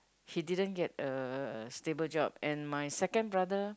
he didn't get a stable job and my second brother